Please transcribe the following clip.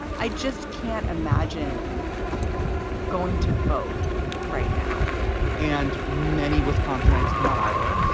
i just can't imagine going to vote right now and many wisconsinites cannot either.